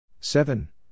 Seven